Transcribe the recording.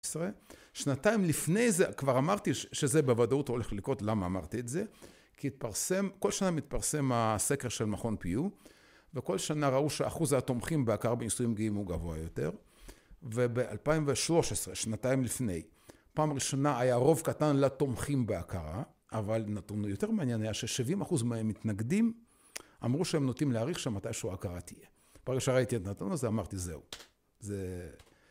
שנתיים לפני זה, כבר אמרתי שזה בוודאות הולך לקרות למה אמרתי את זה, כי התפרסם, כל שנה מתפרסם הסקר של מכון פיו, וכל שנה ראו שאחוז התומכים בהכרה בנישואים גאים הוא גבוה יותר, וב-2013, שנתיים לפני, פעם ראשונה היה רוב קטן לתומכים בהכרה, אבל נתון יותר מעניין, היה ש-70 אחוז מהמתנגדים, אמרו שהם נוטים להעריך שמתי שהוא הכרה תהיה. פעם ראשונה ראיתי את הנתון הזה אמרתי זהו